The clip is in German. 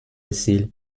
ziel